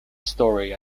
story